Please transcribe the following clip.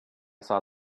saw